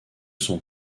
son